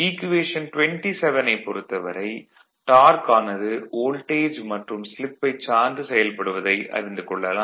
equation 27ஐப் பொறுத்தவரை torque ஆனது வோல்டேஜ் மற்றும் ஸ்லிப்பைச் சார்ந்து செயல்படுவதை அறிந்து கொள்ளலாம்